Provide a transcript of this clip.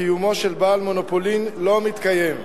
"קיומו של בעל מונופולין", לא מתקיים.